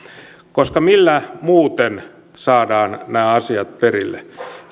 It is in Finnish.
koska millä muuten saadaan nämä asiat perille